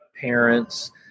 parents